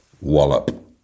wallop